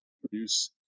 produce